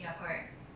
ya correct